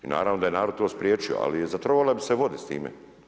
I naravno da je narod to spriječio, ali zatrovale bi se vode s time.